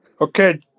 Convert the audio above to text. Okay